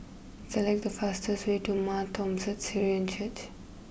select the fastest way to Mar Thoma Syrian Church